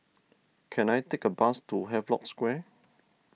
can I take a bus to Havelock Square